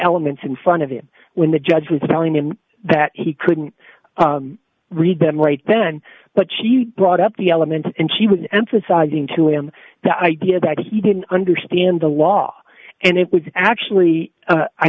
elements in front of him when the judge was telling him that he couldn't read them right then but she brought up the elements and she was emphasizing to him the idea that he didn't understand the law and it was actually